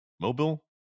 Mobile